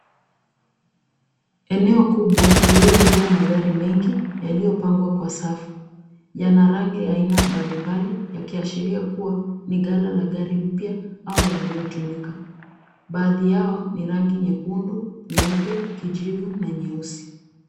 Eneo kubwa lililojaa magari mengi yaliyopangwa kwa safu. Yana rangi aina mbalimbali yakiashiria kuwa ni ghala la gari mpya au yaliyotumika. Baadhi yao ni rangi nyekundu, nyeupe, kijivu na nyeusi.